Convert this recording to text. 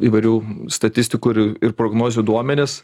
įvairių statistikų ir ir prognozių duomenis